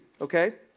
okay